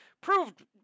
proved